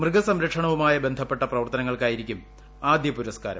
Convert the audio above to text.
മൃഗ സംരക്ഷണവുമായ ബന്ധപ്പെട്ട പ്രവർത്തനങ്ങൾക്കായിരിക്കും ആദ്യ പുരസ്കാരം